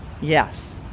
Yes